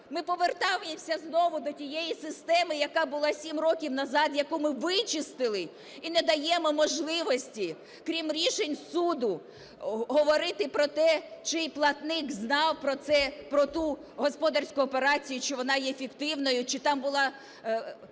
Ми повертаємося знову до тієї системи, яка була 7 років назад, яку ми вичистили і не даємо можливості, крім рішень суду, говорити про те, чи платник знав про це, про ту господарську операцію, чи вона є фіктивною, чи там була